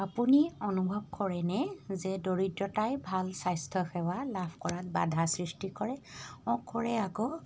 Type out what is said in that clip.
আপুনি অনুভৱ কৰেনে যে দৰিদ্ৰতাই ভাল স্বাস্থ্যসেৱা লাভ কৰাত বাধাৰ সৃষ্টি কৰে অঁ কৰে আকৌ